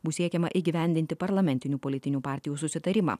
bus siekiama įgyvendinti parlamentinių politinių partijų susitarimą